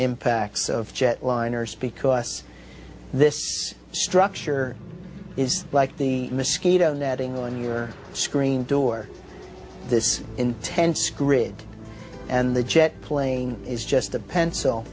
impacts of jetliners speak us this structure is like the mosquito netting on your screen door this intense grid and the jet plane is just a pencil